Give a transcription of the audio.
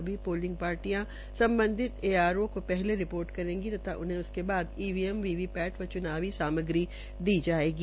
सभी पोलिंग पार्टियां संबंधित एआरओ को पहले रिपोर्ट करेंगी तथा उन्हें इसके बाद ईवीएम वीवीपैट व च्नावी सामग्री दी जाएगी